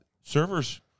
servers